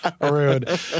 rude